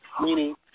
meaning